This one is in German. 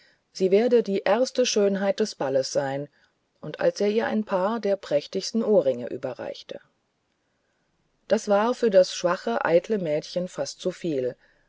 sie werde die erste schönheit des balles sein und als er ihr ein paar der prächtigsten ohrringe überreichte das war für ein schwaches eitles mädchen fast zu viel